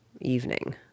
evening